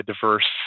diverse